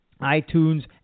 iTunes